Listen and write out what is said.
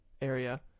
area